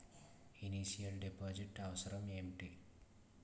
Initial deposit అవసరం ఏమిటి?